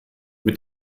mit